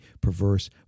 perverse